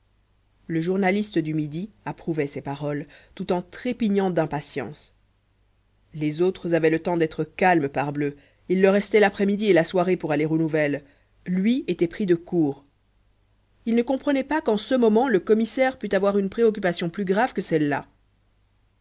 le journaliste du midi approuvait ses paroles tout en trépignant d'impatience les autres avaient le temps d'être calmes parbleu il leur restait l'après-midi et la soirée pour aller aux nouvelles lui était pris de court il ne comprenait pas qu'en ce moment le commissaire pût avoir une préoccupation plus grave que celle-là